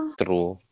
true